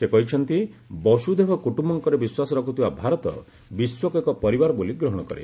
ସେ କହିଛନ୍ତି ବସୁଧୈବ କୁଟ୍ୟୁକମ୍ରେ ବିଶ୍ୱାସ ରଖୁଥିବା ଭାରତ ବିଶ୍ୱକୁ ଏକ ପରିବାର ବୋଲି ଗ୍ରହଣ କରେ